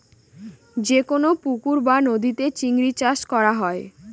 যেকোনো পুকুর বা নদীতে চিংড়ি চাষ করা হয়